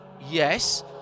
yes